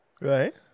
Right